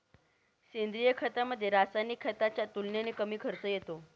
सेंद्रिय खतामध्ये, रासायनिक खताच्या तुलनेने कमी खर्च येतो